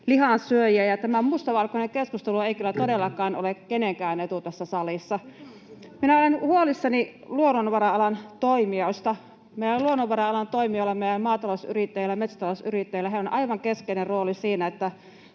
lihansyöjiä. Tämä mustavalkoinen keskustelu ei kyllä todellakaan ole kenenkään etu tässä salissa. Minä olen huolissani luonnonvara-alan toimijoista. Meidän luonnonvara-alan toimijoillahan — meidän maatalousyrittäjillä, metsätalousyrittäjillä — on aivan keskeinen rooli siinä, että